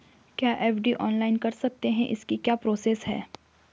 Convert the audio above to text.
क्या FD online कर सकते हैं इसकी क्या प्रोसेस है?